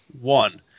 One